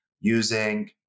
using